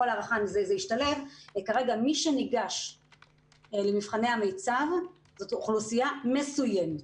בכל הערכה זה ישתלב מי שניגש למבחני המיצ"ב זו אוכלוסייה מסוימת,